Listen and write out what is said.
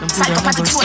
psychopathic